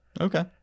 okay